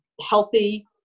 healthy